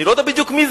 אני לא יודע בדיוק מי,